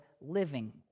living